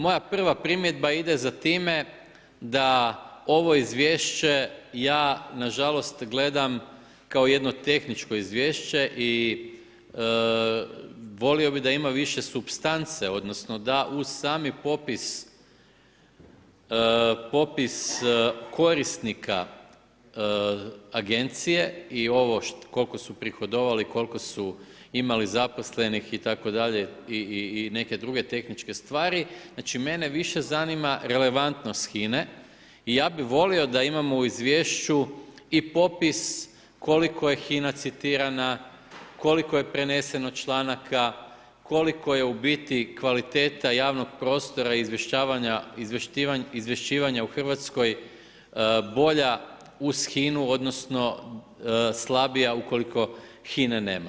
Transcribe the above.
Moja prva primjedba ide za time da ovo izvješće ja nažalost gledam kao jedno tehničko izvješće i volio bi da ima više supstance odnosno da uz sami popis korisnika agencije i ovo koliko su prihodovali, koliko su imali zaposlenih itd., i neke druge tehničke stvari, znači mene više zanima relevantnost HINA-e i ja bi volio da imamo u izvješću i popis koliko je HINA citirana, koliko je preneseno članaka, koliko je u biti kvaliteta javnog prostora izvješćivanja u Hrvatskoj bolja uz HINA-u odnosno slabija ukoliko HINA-e nema.